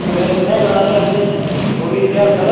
इक दिन इत्थै कराने इं'दी थोह्ड़ी रिहर्सल